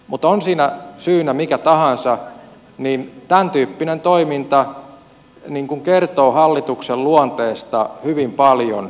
mutta on siinä syynä mikä tahansa niin tämän tyyppinen toiminta kertoo hallituksen luonteesta hyvin paljon